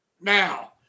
now